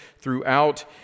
throughout